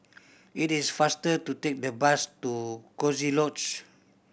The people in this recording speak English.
it is faster to take the bus to Coziee Lodge